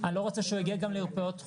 אני גם לא רוצה שהוא יגיע למרפאות חוץ,